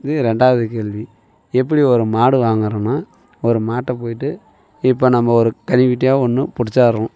இது ரெண்டாவது கேள்வி எப்படி ஒரு மாடு வாங்கிறோன்னா ஒரு மாட்டைப் போயிட்டு இப்போ நம்ம ஒரு ஒன்று புடிச்சடுறோம்